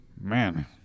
Man